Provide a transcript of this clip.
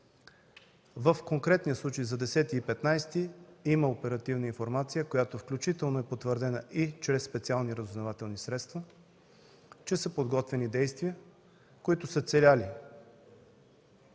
В конкретния случай – за 10 и 15 януари, има оперативна информация, която включително е потвърдена и чрез специални разузнавателни средства, че са подготвяни действия, които са целели